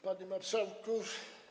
Panie Marszałku!